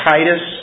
Titus